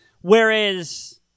Whereas